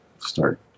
start